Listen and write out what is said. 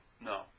No